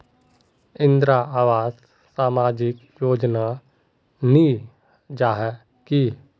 इंदरावास सामाजिक योजना नी जाहा की?